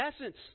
essence